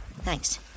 Thanks